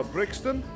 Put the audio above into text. Brixton